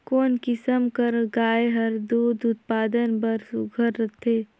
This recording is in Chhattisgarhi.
कोन किसम कर गाय हर दूध उत्पादन बर सुघ्घर रथे?